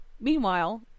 Meanwhile